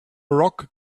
rock